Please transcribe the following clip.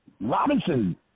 Robinson